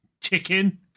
Chicken